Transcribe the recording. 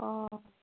অঁ